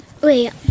wait